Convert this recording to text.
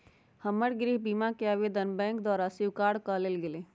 हमर गृह बीमा कें आवेदन बैंक द्वारा स्वीकार कऽ लेल गेलय